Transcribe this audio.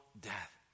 death